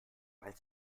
weil